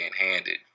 handed